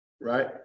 right